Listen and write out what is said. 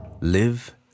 Live